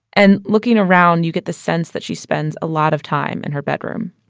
and looking around, you get the sense that she spends a lot of time in her bedroom